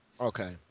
Okay